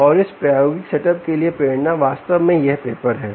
और इस प्रायोगिक सेटअप के लिए प्रेरणा वास्तव में यह पेपर है